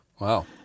Wow